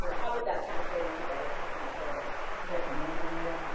you know how would that translate into better customer service? definitely, maria.